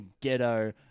ghetto